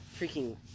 freaking